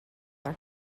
are